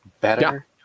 better